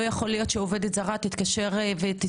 לא יכול להיות שעובדת זרה תיצור קשר